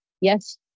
Yes